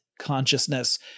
consciousness